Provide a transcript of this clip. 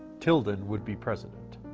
tilden would be president.